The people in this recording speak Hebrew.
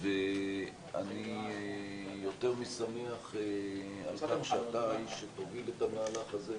אני יותר משמח על כך שאתה האיש שתוביל את המהלך הזה,